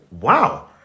wow